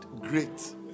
great